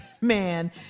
man